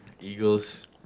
Eagles –